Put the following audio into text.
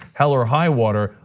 hell or high water,